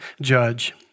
judge